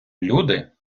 люди